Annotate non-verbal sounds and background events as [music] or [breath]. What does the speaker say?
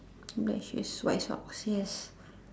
match is white socks yes [breath]